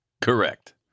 Correct